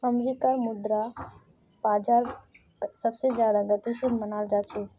अमरीकार मुद्रा बाजार सबसे ज्यादा गतिशील मनाल जा छे